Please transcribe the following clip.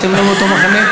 אתם לא מאותו מחנה?